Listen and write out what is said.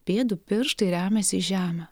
pėdų pirštai remiasi į žemę